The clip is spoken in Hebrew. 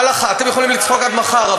אתם יכולים לצחוק עד מחר,